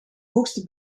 hoogste